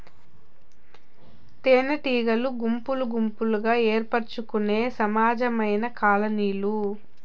తేనెటీగలు గుంపులు గుంపులుగా ఏర్పరచుకొనే సహజమైన కాలనీలు